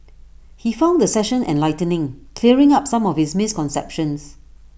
he found the session enlightening clearing up some of his misconceptions